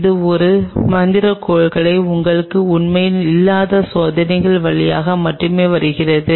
இது ஒரு மந்திரக்கோலையில் உங்களுக்கு உண்மையில் இல்லாத சோதனைகள் வழியாக மட்டுமே வருகிறது